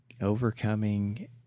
overcoming